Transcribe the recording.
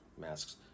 masks